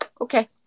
Okay